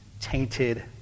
Tainted